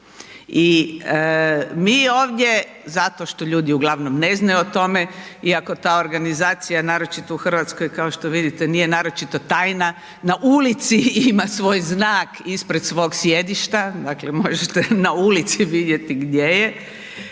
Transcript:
I mi ovdje zato što ljudi uglavnom ne znaju o tome iako ta organizacija naročito u Hrvatskoj kao što vidite nije naročito tajna, na ulici ima svoj znak ispred svog sjedišta, dakle možete na ulici vidjeti gdje je,